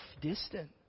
distant